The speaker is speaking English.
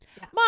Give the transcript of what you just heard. Mom